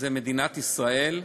זה מדינת ישראל,